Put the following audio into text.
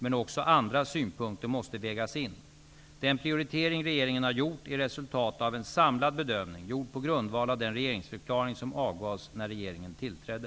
Men också andra synpunkter måste vägas in. Den prioritering regeringen har gjort är resultatet av en samlad bedömning, gjord på grundval av den regeringsförklaring som avgavs när regeringen tillträdde.